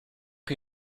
chi